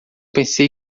pensei